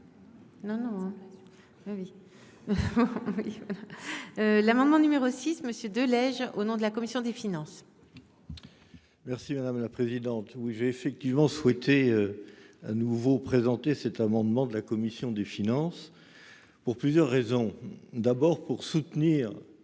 L'amendement numéro 6. Monsieur de Lège au nom de la commission des finances. Merci madame la présidente. Ai effectivement souhaité. À nouveau présenté cet amendement de la commission des finances. Pour plusieurs raisons, d'abord pour soutenir.